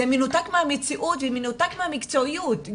זה מנותק מהמציאות ומנותק גם מהמקצועיות.